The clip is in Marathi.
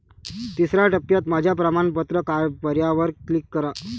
तिसर्या टप्प्यात माझ्या प्रमाणपत्र पर्यायावर क्लिक करा